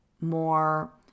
more